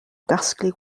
gasglu